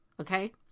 okay